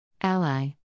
Ally